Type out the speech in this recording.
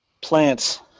plants